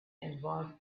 involve